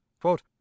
quote